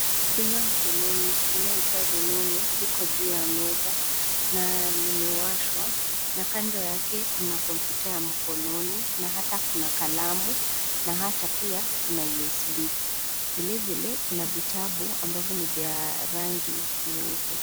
Simu mkononi linaloitwa rununu liko juu ya meza na limewashwa na kando yake kuna kompyuta ya mkononi na hata kuna kalamu na hata pia kuna USB .Vilevile kuna vitabu ambavyo ni vya rangi nyeupe.